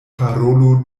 parolu